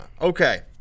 Okay